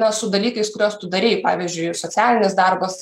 na su dalykais kuriuos tu darei pavyzdžiui socialinis darbas